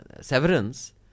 Severance